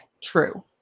true